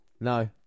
No